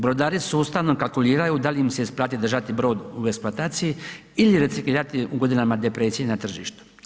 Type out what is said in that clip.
Brodari sustavno kalkuliraju da li im se isplati držati brod u eksploataciji ili reciklirati u godinama ... na tržištu.